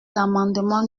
l’amendement